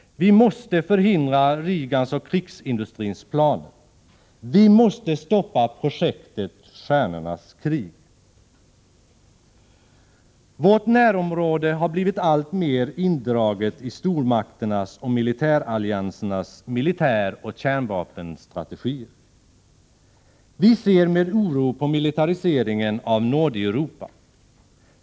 Vi måste förhindra Reagans och krigsindustrins planer. Vi måste stoppa projektet Stjärnornas krig. Vårt närområde har blivit alltmer indraget i stormakternas och militäralliansernas militäroch kärnvapenstrategier. Vi ser med oro på militariseringen av Nordeuropa.